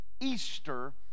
Easter